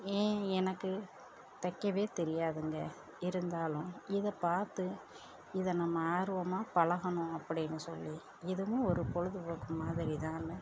ஏன் எனக்கு தைக்கவே தெரியாதுங்க இருந்தாலும் இதை பார்த்து இதை நம்ம ஆர்வமாக பழகணும் அப்படின்னு சொல்லி இதுவும் ஒரு பொழுதுபோக்கு மாதிரிதாங்க